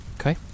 okay